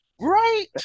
Right